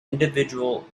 individual